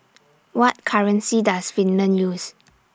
What currency Does Finland use